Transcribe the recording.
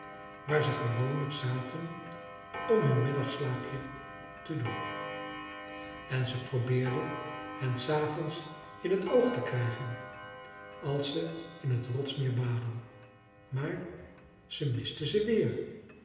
waar ze gewoonlijk zaten om hun middagslaapje te doen en ze probeerde hen s avonds in t oog te krijgen als ze in het rotsmeer baadden maar ze miste ze weer